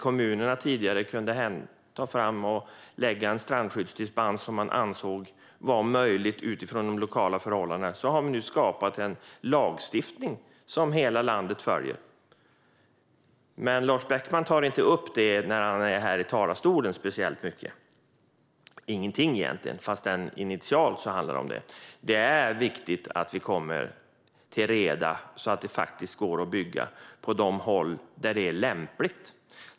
Kommunerna kunde tidigare lägga fram en strandskyddsdispens som de ansåg vara möjlig utifrån de lokala förhållandena, men nu har man skapat en lagstiftning som hela landet följer. Men Lars Beckman tar inte upp detta speciellt mycket när han står här i talarstolen, egentligen inte alls, fast det handlar om detta initialt. Det är viktigt att vi kommer till reda så att det faktiskt går att bygga på de håll där detta är lämpligt.